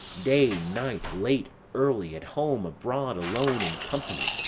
day, night, late, early, at home abroad, alone, in company,